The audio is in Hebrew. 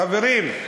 חברים,